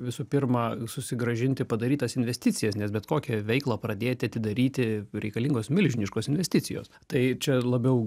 visų pirma susigrąžinti padarytas investicijas nes bet kokią veiklą pradėti atidaryti reikalingos milžiniškos investicijos tai čia labiau